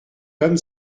comme